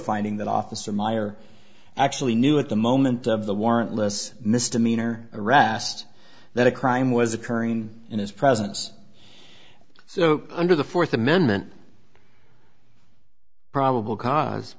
finding that officer meyer actually knew at the moment of the warrantless misdemeanor erast that a crime was occurring in his presence so under the fourth amendment probable cause